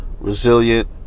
resilient